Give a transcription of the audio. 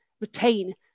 retain